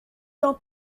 dans